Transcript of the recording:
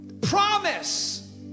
Promise